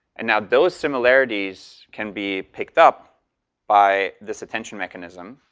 and now, those similarities can be picked up by this attention mechanism.